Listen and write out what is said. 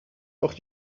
auch